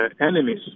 enemies